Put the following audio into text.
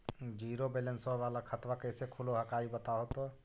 Zero balance वाला खतवा कैसे खुलो हकाई बताहो तो?